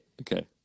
Okay